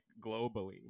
globally